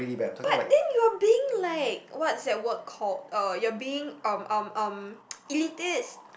but then you are being like what's that word called uh you're being um um um elitist